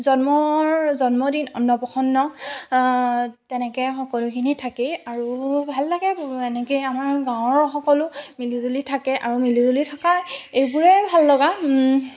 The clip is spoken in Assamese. জন্মৰ জন্মদিন অন্নপ্ৰসন্ন তেনেকৈ সকলোখিনি থাকেই আৰু ভাল লাগে এনেকৈয়ে আমাৰ গাঁৱৰ সকলো মিলিজুলি থাকে আৰু মিলি জুলি থকাৰ এইবোৰেই ভাল লগা